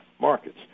markets